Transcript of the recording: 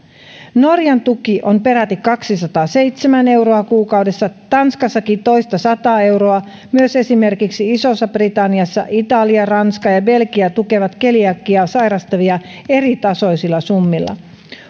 norjan tuki on peräti kaksisataaseitsemän euroa kuukaudessa tanskassakin toista sataa euroa myös esimerkiksi iso britannia italia ranska ja belgia tukevat keliakiaa sairastavia eritasoisilla summilla